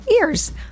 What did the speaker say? ears